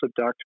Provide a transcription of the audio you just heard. subduct